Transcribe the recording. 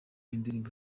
indirimbo